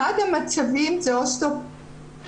אחד המצבים זה מצב מאוד קשה